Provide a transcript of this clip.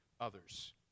others